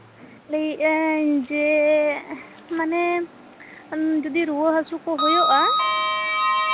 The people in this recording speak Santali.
ᱞᱟᱹᱭᱟᱹᱜ ᱟᱹᱧ ᱡᱮ ᱢᱟᱱᱮ ᱡᱚᱫᱤ ᱨᱩᱣᱟᱹ ᱦᱟᱹᱥᱩ ᱠᱚ ᱦᱳᱭᱳᱜᱼᱟ